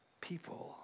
people